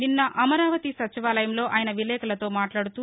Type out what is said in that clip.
నిన్న అమరావతి సచివాలయంలో ఆయన విలేకర్లతో మాట్లాడుతూ